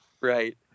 Right